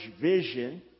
vision